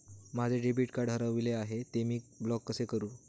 माझे debit card हरविले आहे, ते मी ब्लॉक कसे करु?